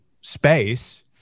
space